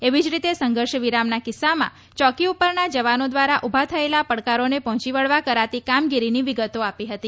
એવી જ રીતે સંઘર્ષ વિરામના કિસ્સામાં ચોકી પરના જવાનો દ્વારા ઉભા થયેલા પડકારોને પહોંચી વળવા કરાતી કામગીરીની વિગતો આપી હતી